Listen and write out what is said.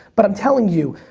but i'm telling you,